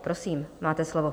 Prosím, máte slovo.